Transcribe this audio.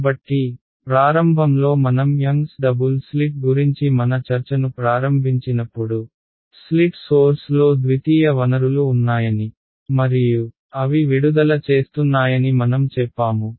కాబట్టి ప్రారంభంలో మనం young's double slit young's double slit గురించి మన చర్చను ప్రారంభించినప్పుడు స్లిట్ సోర్స్ లో ద్వితీయ వనరులు ఉన్నాయని మరియు అవి విడుదల చేస్తున్నాయని మనం చెప్పాము